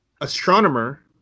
Astronomer